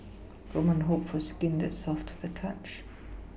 woman hope for skin that is soft to the touch